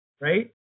right